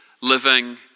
living